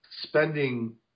spending